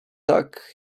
tak